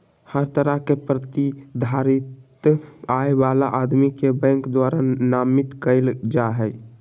हर तरह के प्रतिधारित आय वाला आदमी के बैंक द्वारा नामित कईल जा हइ